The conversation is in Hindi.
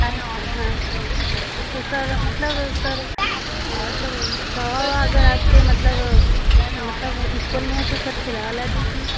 आया था हाँ सर तो सर मतलब सर मतलब उनकी दवा उवा अगर आपके मतलब मतलब इस्कूल में है तो सर खिला उला दीजिए